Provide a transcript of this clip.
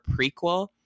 prequel